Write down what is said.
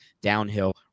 downhill